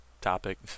topic